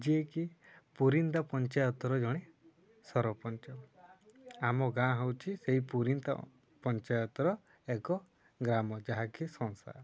ଯିଏକି ପୁରୀନ୍ଦ ପଞ୍ଚାୟତର ଜଣେ ସରପଞ୍ଚ ଆମ ଗାଁ ହେଉଛି ସେଇ ପୁରୀ ପଞ୍ଚାୟତର ଏକ ଗ୍ରାମ ଯାହାକି ସଂସାର